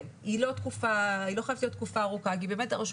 והיא לא חייבת להיות תקופה ארוכה כי באמת הרשויות